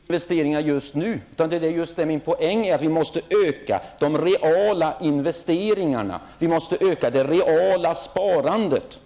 Fru talman! Det sker inte så många investeringar just nu. Det är just det som är min poäng, nämligen att vi måste öka de reala investeringarna och öka det reala sparandet.